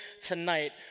tonight